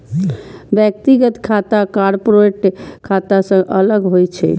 व्यक्तिगत खाता कॉरपोरेट खाता सं अलग होइ छै